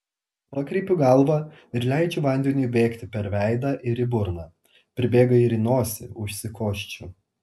pakreipiu galvą ir leidžiu vandeniui bėgti per veidą ir į burną pribėga ir į nosį užsikosčiu